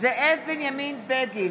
שקט במליאה, בבקשה.